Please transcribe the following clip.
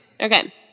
Okay